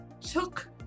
took